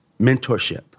mentorship